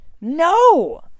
no